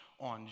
on